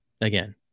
again